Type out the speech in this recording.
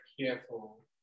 careful